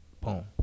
boom